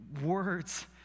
words